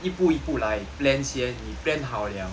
一步一步来 plans 先你 plan 好了